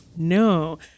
No